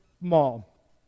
mall